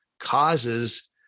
causes